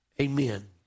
Amen